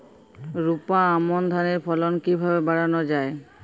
রোপা আমন ধানের ফলন কিভাবে বাড়ানো যায়?